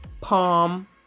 Palm